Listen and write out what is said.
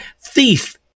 Thief